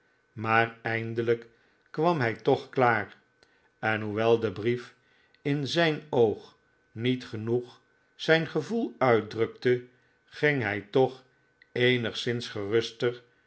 maar eindelijk kwam hij toch klaar en hoewel de brief in zijn oog niet genoeg zijn gevoel uitdrukte ging hij toch eenigszins geruster